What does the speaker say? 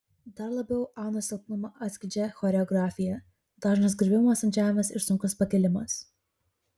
dar labiau anos silpnumą atskleidžia choreografija dažnas griuvimas ant žemės ir sunkus pakilimas